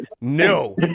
No